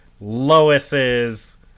Lois's